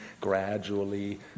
gradually